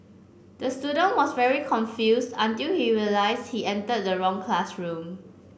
the student was very confused until he realise he entered the wrong classroom